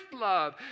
love